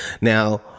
Now